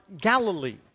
Galilee